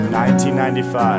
1995